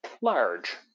large